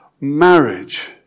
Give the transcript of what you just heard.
marriage